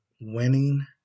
winning